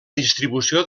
distribució